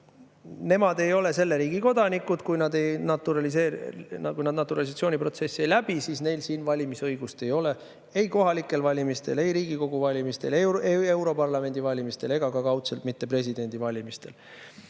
nemad ei ole selle riigi kodanikud, kui nad naturalisatsiooniprotsessi ei ole läbinud, ja siis neil ei ole siin valimisõigust, ei kohalikel valimistel, ei Riigikogu valimistel, ei europarlamendi valimistel ega ka kaudselt presidendivalimistel.